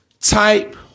type